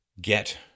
get